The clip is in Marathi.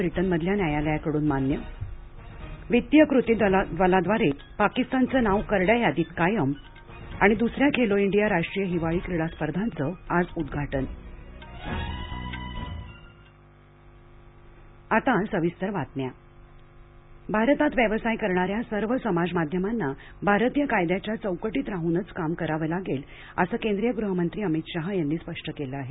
ब्रिटनमधल्या न्यायालयाकडून मान्य वित्तीय कृती दलाद्वारे पाकिस्तानचं नाव करड्या यादीत कायम आणि दुसऱ्या खेलो इंडिया राष्ट्रीय हिवाळी खेळ स्पर्धांचं आज उद्घाटन अमित शहा ओटीटी भारतात व्यवसाय करणाऱ्या सर्व समाज माध्यमाना भारतीय कायद्याच्या चौकटीत राहूनच काम करावं लागेल असं केंद्रीय गृह मंत्री अमित शहा यांनी स्पष्ट केलं आहे